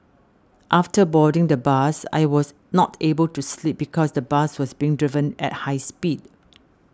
after boarding the bus I was not able to sleep because the bus was being driven at high speed